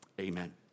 Amen